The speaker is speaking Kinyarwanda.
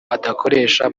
adakoresha